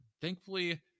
Thankfully